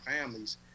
families